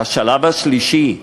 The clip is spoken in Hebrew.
והשלב השלישי,